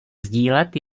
sdílet